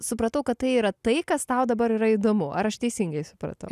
supratau kad tai yra tai kas tau dabar yra įdomu ar aš teisingai supratau